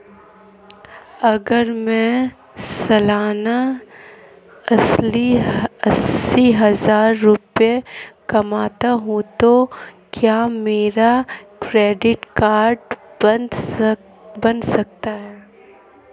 अगर मैं सालाना अस्सी हज़ार रुपये कमाता हूं तो क्या मेरा क्रेडिट कार्ड बन सकता है?